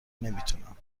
نمیتونم